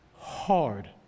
Hard